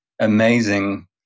amazing